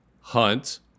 Hunt